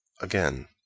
Again